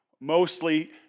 mostly